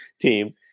team